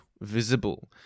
visible